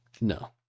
No